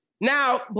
now